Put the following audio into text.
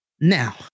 Now